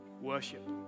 Worship